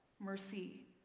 mercy